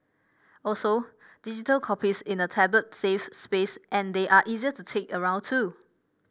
also digital copies in a tablet save space and they are easier to take around too